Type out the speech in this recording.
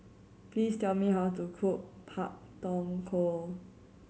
please tell me how to cook Pak Thong Ko